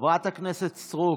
חברת הכנסת סטרוק,